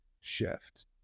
shift